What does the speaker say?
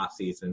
offseason